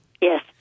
Yes